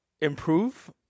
improve